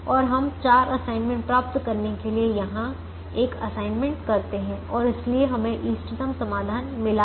और हम चार असाइनमेंट प्राप्त करने के लिए यहां एक असाइनमेंट करते हैं और इसलिए हमें इष्टतम समाधान मिला है